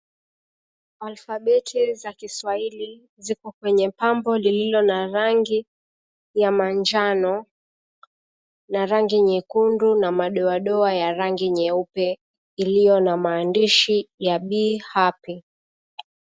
Alfabeti za kiswahili ziko kwenye pambo lililo na rangi ya manjano na rangi nyekundu na madoadoa ya rangi nyeupe iliyo na maandishi ya, "Be Happy".